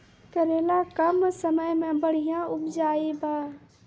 करेला कम समय मे बढ़िया उपजाई बा?